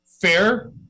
fair